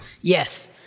Yes